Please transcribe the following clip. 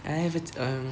I have it's err